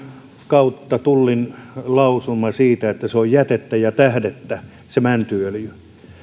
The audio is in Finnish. kautta tullin lausuma siitä että se on jätettä ja tähdettä